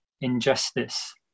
injustice